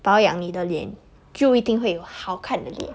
保养你的脸就一定会有好看的脸